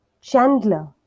Chandler